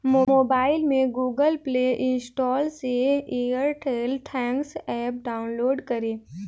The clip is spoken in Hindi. मोबाइल में गूगल प्ले स्टोर से एयरटेल थैंक्स एप डाउनलोड करें